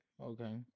Okay